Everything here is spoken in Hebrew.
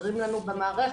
שחסרים לנו במערכת.